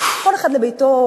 כל אחד לביתו,